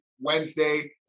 Wednesday